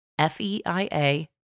FEIA